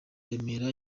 remera